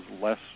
less